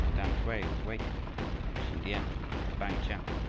tamsui was waiting sin-tiam, bang-kah, kelung,